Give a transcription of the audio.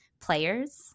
players